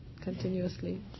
continuously